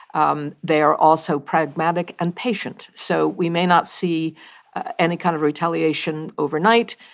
um they are also pragmatic and patient. so we may not see any kind of retaliation overnight.